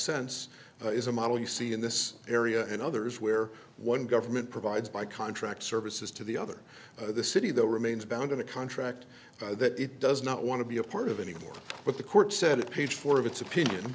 sense is a model you see in this area and others where one government provides by contract services to the other the city though remains bound in a contract that it does not want to be a part of anymore but the court said page four of its opinion